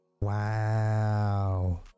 Wow